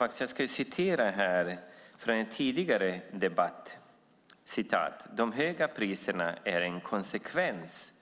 Låt mig citera från en tidigare debatt: "De höga priserna är en konsekvens